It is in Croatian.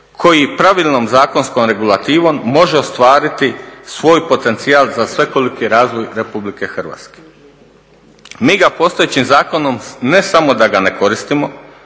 koji pravilnom zakonskom regulativom može ostvariti svoj potencijal za svekoliki razvoj Republike Hrvatske. Mi postojećim zakonom ne samo da ga ne koristimo